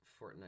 Fortnite